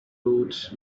load